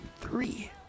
three